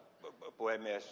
arvoisa puhemies